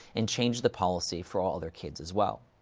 and change the policy for all other kids, as well.